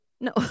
No